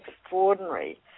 extraordinary